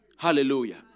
Hallelujah